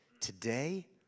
Today